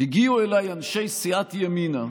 הגיעו אליי אנשי סיעת ימינה,